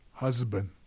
husband